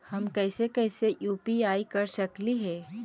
हम कैसे कैसे यु.पी.आई कर सकली हे?